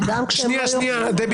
האם כשדנו בתקנה הזאת